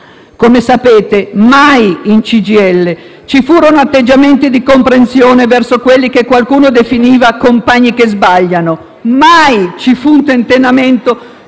Come sapete, mai in CGIL ci furono atteggiamenti di comprensione verso quelli che qualcuno definiva «compagni che sbagliano»; mai ci fu un tentennamento